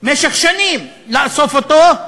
במשך שנים לאסוף אותו,